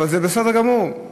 אבל זה בסדר גמור,